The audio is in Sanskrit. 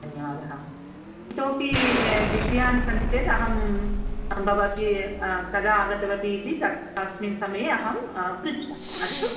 धन्यवादः इतोऽपि विषयाः सन्ति चेत् अहं भवती कदा आगतवती इति तस्मिन् समये अहं पृच्छामि अस्तु